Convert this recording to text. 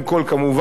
כמובן,